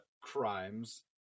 crimes